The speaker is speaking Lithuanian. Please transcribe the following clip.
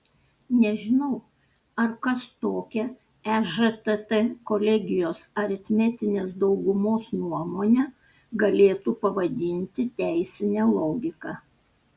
nežinau ar kas tokią ežtt kolegijos aritmetinės daugumos nuomonę galėtų pavadinti teisine logika